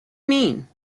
mean